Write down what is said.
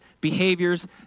behaviors